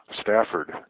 Stafford